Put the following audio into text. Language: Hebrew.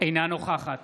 אינה נוכחת